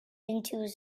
into